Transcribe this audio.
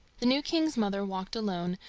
the new king's mother walked alone,